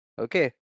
okay